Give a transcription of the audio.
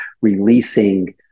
releasing